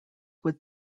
would